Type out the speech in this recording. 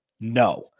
No